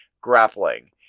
grappling